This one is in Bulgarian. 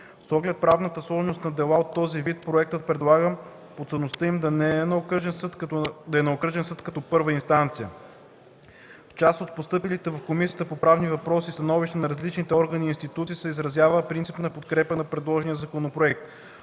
С оглед правната сложност на дела от този вид проектът предлага подсъдността им да е на окръжен съд като първа инстанция. В част от постъпилите в Комисията по правни въпроси становища на различни органи и институции се изразява принципна подкрепа на предложения законопроект.